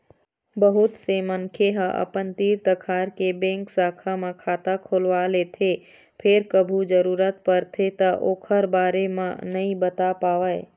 बहुत से मनखे ह अपन तीर तखार के बेंक शाखा म खाता खोलवा लेथे फेर कभू जरूरत परथे त ओखर बारे म नइ बता पावय